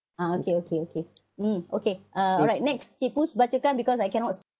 ah okay okay okay mm okay uh alright next cik kuz bacakan because I cannot